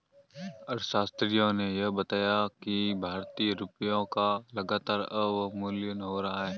अर्थशास्त्रियों ने यह बताया कि भारतीय रुपयों का लगातार अवमूल्यन हो रहा है